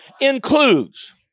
includes